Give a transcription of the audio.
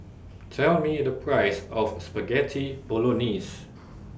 Tell Me The Price of Spaghetti Bolognese